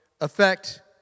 affect